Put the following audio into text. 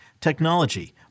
technology